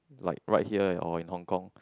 like right here or in Hong-Kong